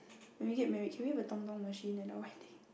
when we get married can we have a machine at our wedding